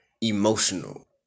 emotional